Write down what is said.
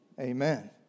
amen